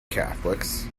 catholics